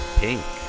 pink